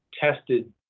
tested